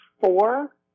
four